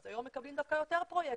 אז היום מקבלים דווקא יותר פרויקטים.